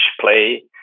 play